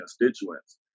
constituents